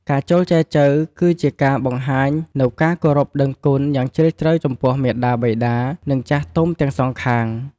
ការចូលចែចូវគឺជាការបង្ហាញនូវ ការគោរពដឹងគុណ យ៉ាងជ្រាលជ្រៅចំពោះ មាតាបិតា និង ចាស់ទុំ ទាំងសងខាង។